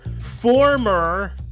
former